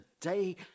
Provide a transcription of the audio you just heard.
today